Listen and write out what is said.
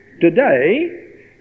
today